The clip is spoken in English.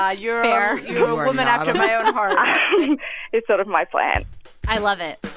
ah yeah fair woman after my own heart it's sort of my plan i love it.